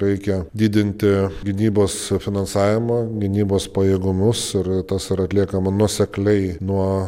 reikia didinti gynybos finansavimą gynybos pajėgumus ir tas yra atliekama nuosekliai nuo